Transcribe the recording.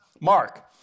Mark